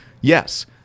Yes